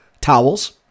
towels